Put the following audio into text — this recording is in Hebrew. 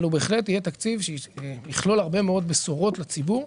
אבל הוא בהחלט יהיה תקציב שיכלול הרבה מאוד בשורות לציבור.